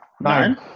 nine